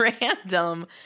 random